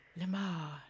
Lamar